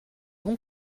bon